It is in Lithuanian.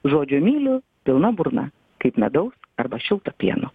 žodžio myliu pilna burna kaip medaus arba šilto pieno